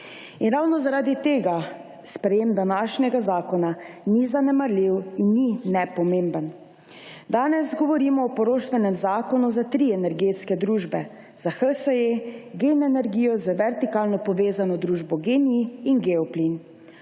Ravno zaradi tega sprejetje današnjega zakona ni zanemarljivo in ni nepomembno. Danes govorimo o poroštvenem zakonu za tri energetske družbe: za HSE, Gen energijo z vertikalno povezano družbo Gen-I in Geoplin.